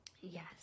yes